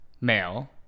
Male